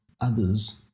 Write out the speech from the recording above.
others